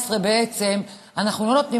ואנחנו רואים שעד 2018 בעצם אנחנו לא נותנים